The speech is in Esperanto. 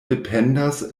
dependas